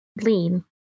Lean